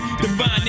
Divine